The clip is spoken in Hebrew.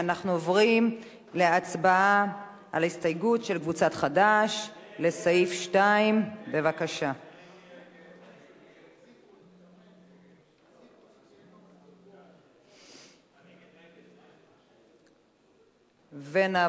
ואנחנו עוברים להצבעה על ההסתייגות של קבוצת חד"ש לסעיף 2. בבקשה.